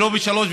ולא בשלוש,